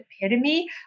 epitome